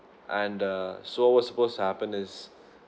and err so what's supposed to happen is